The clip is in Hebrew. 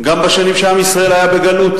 גם בשנים שעם ישראל היה בגלות,